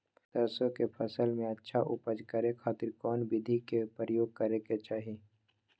सरसों के फसल में अच्छा उपज करे खातिर कौन विधि के प्रयोग करे के चाही?